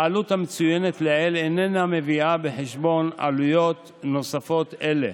העלות המצוינת לעיל איננה מביאה בחשבון עלויות נוספות אלה.